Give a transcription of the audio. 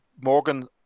morgan